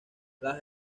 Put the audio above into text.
las